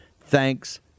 Thanks